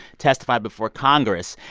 testified before congress.